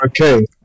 Okay